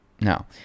No